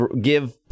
give